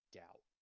doubt